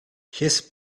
his